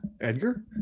Edgar